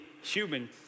human